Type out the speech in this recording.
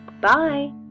Bye